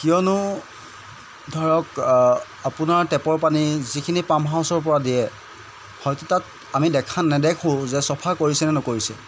কিয়নো ধৰক আপোনাৰ টেপৰ পানী যিখিনি পাম হাউচৰপৰা দিয়ে হয়তো তাত আমি দেখা নেদেখোঁ যে চফা কৰিছেনে নকৰিছে